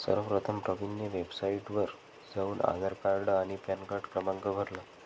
सर्वप्रथम प्रवीणने वेबसाइटवर जाऊन आधार कार्ड आणि पॅनकार्ड क्रमांक भरला